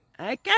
Okay